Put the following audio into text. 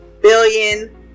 billion